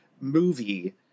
movie